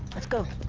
let's go.